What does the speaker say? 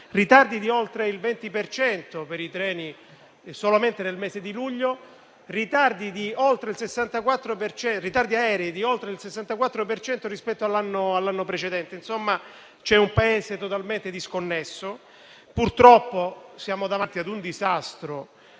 ritardi di oltre il 20 per cento per i treni solamente nel mese di luglio e ritardi aerei di oltre il 64 per cento rispetto all'anno precedente. Insomma, il Paese è totalmente disconnesso. Purtroppo siamo davanti a un disastro